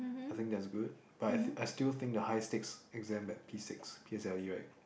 I think that's good but I I still think the high stakes exam at P six P_S_L_E right